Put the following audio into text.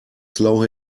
slow